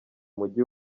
mujyi